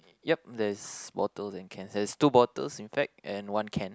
yup there's bottles and cans there's two bottles in fact and one can